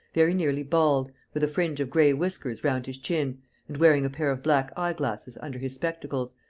very nearly bald, with a fringe of gray whiskers round his chin and wearing a pair of black eye-glasses under his spectacles,